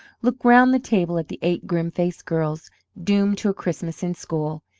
looked round the table at the eight grim-faced girls doomed to a christmas in school,